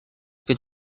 ben